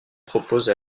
propose